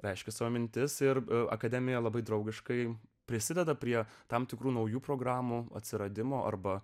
reiškia savo mintis ir akademija labai draugiškai prisideda prie tam tikrų naujų programų atsiradimo arba